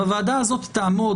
והוועדה הזאת תעמוד על זה,